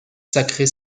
sacrée